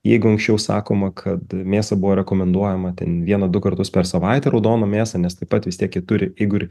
jeigu anksčiau sakoma kad mėsą buvo rekomenduojama ten vieną du kartus per savaitę raudoną mėsą nes taip pat vis tiek ji turi jeigu